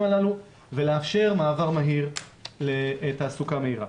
הללו ולאפשר מעבר מהיר לתעסוקה מהירה.